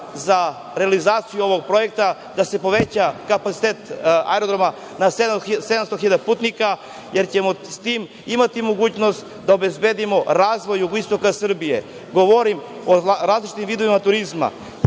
za realizaciju ovog projekta, da se poveća kapacitet Aerodroma na 700.000 putnika, jer ćemo s tim imati mogućnost da obezbedimo razvoj jugoistoka Srbije. Govorim o različitim vidovima turizma.